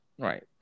right